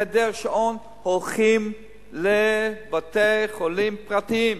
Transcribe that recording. בהיעדר שעון, הולכים לבתי-חולים פרטיים.